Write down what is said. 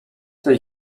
tej